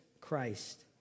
Christ